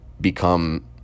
become